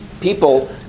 people